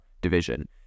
division